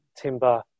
timber